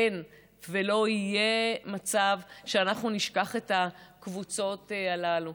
אין ולא יהיה מצב שאנחנו נשכח את הקבוצות הללו,